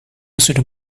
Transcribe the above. sudah